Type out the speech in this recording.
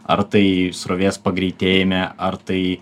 ar tai srovės pagreitėjime ar tai